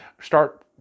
start